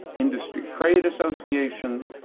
industry-trade associations,